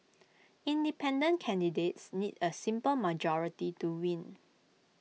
independent candidates need A simple majority to win